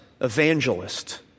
evangelist